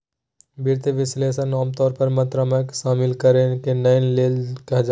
वित्तीय विश्लेषक आमतौर पर मात्रात्मक के शामिल करय ले नै लेल जा हइ